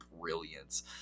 brilliance